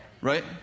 Right